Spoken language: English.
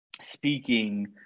speaking